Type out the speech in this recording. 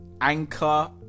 anchor